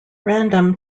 random